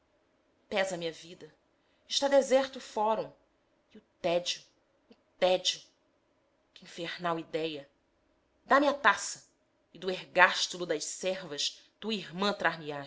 pesa-me a vida está deserto o forum e o tédio o tédio que infernal idéia dá-me a taça e do ergástulo das servas tua irmã trar me ás